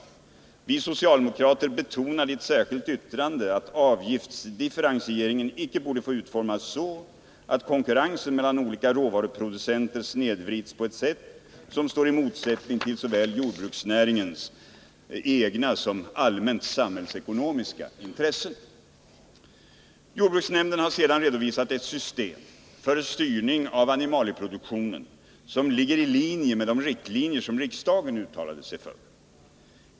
Vi socialdemokrater betonade i ett särskilt yttrande att avgiftsdifferentieringen icke borde utformas så att konkurrensen mellan olika råvaruproducenter snedvrids på ett sätt som står i motsättning såväl till jordbruksnäringens egna som till allmänt samhällsekonomiska intressen. Jordbruksnämnden har sedan redovisat ett system för styrning av animalieproduktionen som ligger i linje med de riktlinjer som riksdagen uttalade sig för.